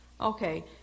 Okay